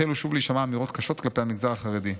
החלו שוב להישמע אמירות קשות כלפי המגזר החרדי.